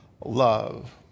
love